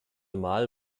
mal